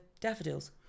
daffodils